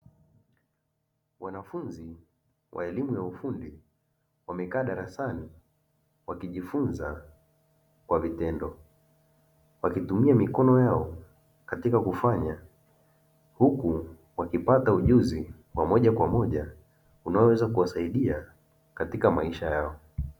Wanafunzi wa elimu ya ufundi wamekaa darasani wakijifunza kwa vitendo, wakitumia mikono yao katika kufanya huku wakipata ujuzi wa moja kwa moja unaoweza kuwasaidia katika maisha yao.